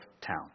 town